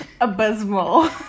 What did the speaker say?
abysmal